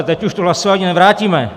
Teď už to hlasování nevrátíme.